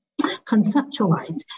conceptualize